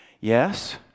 Yes